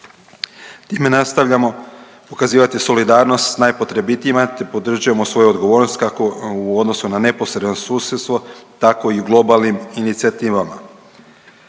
Time nastavljamo pokazivati solidarnost s najpotrebitijima te podržavamo svoju odgovornost kako u odnosu na neposredno susjedstvo tako i u globalnim inicijativama.